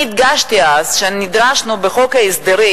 אני הדגשתי אז שנדרשנו בחוק ההסדרים